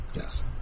yes